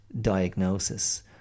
diagnosis